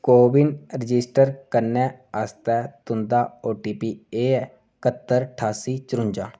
को win register करने आस्तै तुं'दा ओटीपी एह् ऐ कत्तर ठास्सी चरुंजा